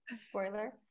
Spoiler